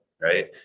right